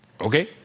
Okay